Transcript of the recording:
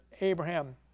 Abraham